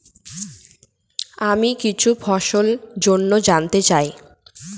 আমি কিছু ফসল জন্য জানতে চাই